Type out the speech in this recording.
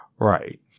Right